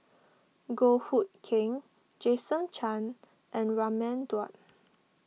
Goh Hood Keng Jason Chan and Raman Daud